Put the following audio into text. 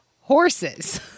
horses